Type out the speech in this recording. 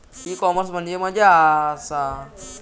E commerce म्हणजे मझ्या आसा?